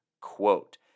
quote